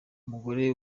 umugore